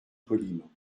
poliment